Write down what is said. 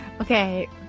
Okay